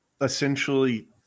essentially